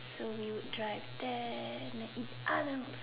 so we would drive there and then eat Arnold's